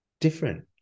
Different